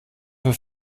für